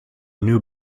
new